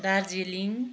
Darjeeling